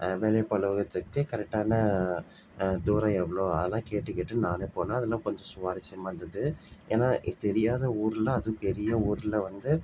வேலைவாய்ப்பு அலுவலகத்துக்கு கரெக்டான தூரம் எவ்வளோ அதலாம் கேட்டுக்கேட்டு நானே போனேன் அதெல்லாம் கொஞ்சம் சுவாரஸ்யமாக இருந்தது ஏன்னா தெரியாத ஊரில் அதுவும் பெரிய ஊரில் வந்து